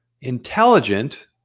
intelligent